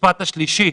המשפט השלישי,